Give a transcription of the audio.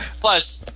Plus